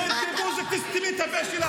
זה תסתמי את הפה שלך.